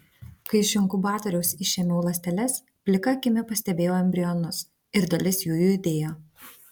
kai iš inkubatoriaus išėmiau ląsteles plika akimi pastebėjau embrionus ir dalis jų judėjo